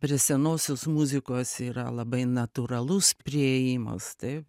prie senosios muzikos yra labai natūralus priėjimas taip